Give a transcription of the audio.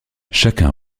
chacun